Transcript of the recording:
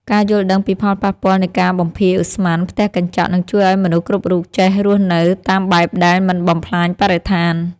ការយល់ដឹងពីផលប៉ះពាល់នៃការបំភាយឧស្ម័នផ្ទះកញ្ចក់នឹងជួយឱ្យមនុស្សគ្រប់រូបចេះរស់នៅតាមបែបដែលមិនបំផ្លាញបរិស្ថាន។